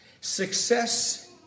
success